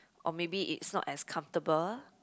or maybe it's not as comfortable